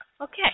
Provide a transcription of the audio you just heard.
Okay